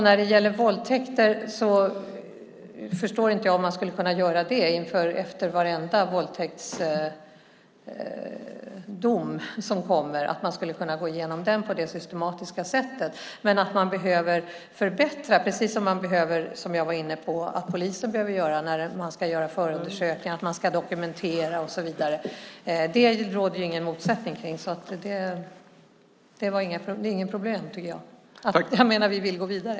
När det gäller våldtäkter förstår inte jag hur man skulle kunna göra det efter varenda våldtäktsdom, att man skulle kunna gå igenom dem på det systematiska sättet. Men att man behöver förbättra - precis som polisen behöver göra när den vid förundersökningar ska dokumentera och så vidare - råder det ingen motsättning om. Det är inget problem, tycker jag. Vi vill gå vidare.